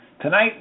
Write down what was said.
Tonight